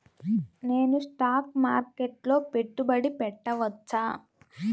నేను స్టాక్ మార్కెట్లో పెట్టుబడి పెట్టవచ్చా?